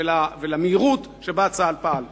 למהירות שצה"ל פעל בה.